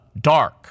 dark